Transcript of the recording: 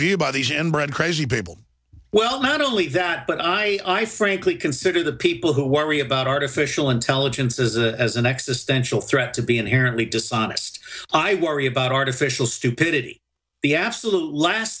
view bodies and bread crazy people well not only that but i i frankly consider the people who worry about artificial intelligence as a as a next essential threat to be inherently dishonest i worry about artificial stupidity the absolute last